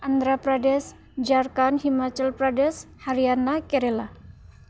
Andhra Pradesh Jharkhand Himachal Pradesh Haryana Kerala